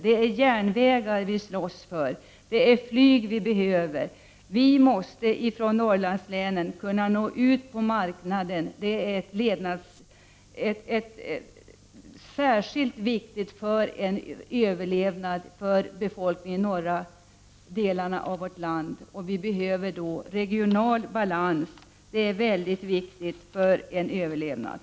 Det är järnvägar vi slåss för, och det är flyg vi behöver. Vi måste från Norrlandslänen kunna nå ut på marknaden — detta är särskilt viktigt för att befolkningen i de norra delarna av vårt land skall kunna överleva. För detta behövs regional balans. En sådan är alltså väldigt viktig för en överlevnad.